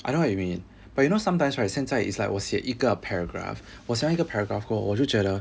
I know what you mean but you know sometimes right 现在 it's like 我写一个 a paragraph 我写完一个 paragraph 之后我就觉得